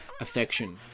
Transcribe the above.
affection